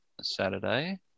Saturday